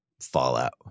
Fallout